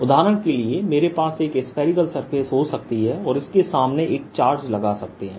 उदाहरण के लिए मेरे पास एक स्फेरिकल सर्फेस हो सकती है और इसके सामने एक चार्ज लगा सकते हैं